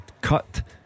cut